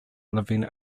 living